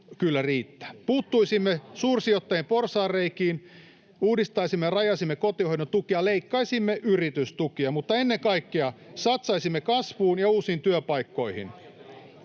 kyllä riittää. Puuttuisimme suursijoittajien porsaanreikiin, uudistaisimme ja rajaisimme kotihoidon tukea ja leikkaisimme yritystukia. Mutta ennen kaikkea satsaisimme kasvuun ja uusiin työpaikkoihin.